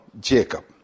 Jacob